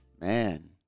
Man